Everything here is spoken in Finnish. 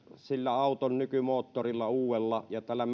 sillä auton uudella nykymoottorilla ja tällä